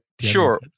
sure